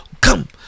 come